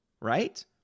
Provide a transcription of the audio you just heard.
right